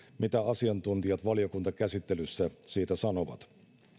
mitä asiantuntijat valiokuntakäsittelyssä siitä sanovat